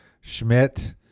Schmidt